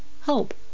Hope